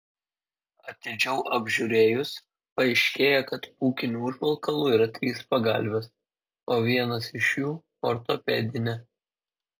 atidžiau apžiūrėjus paaiškėja kad pūkiniu užvalkalu yra trys pagalvės o vienas iš jų ortopedinė